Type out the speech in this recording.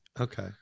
Okay